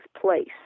place